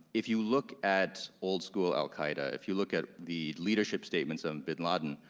if you look at old school al-qaeda, if you look at the leadership statements of bin laden,